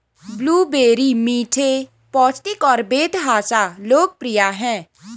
blueberry मीठे, पौष्टिक और बेतहाशा लोकप्रिय हैं